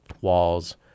walls